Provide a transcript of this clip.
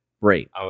Right